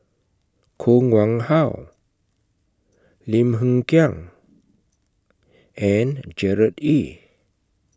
Koh Nguang How Lim Hng Kiang and Gerard Ee